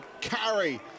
carry